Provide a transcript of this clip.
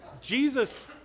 Jesus